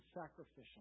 sacrificial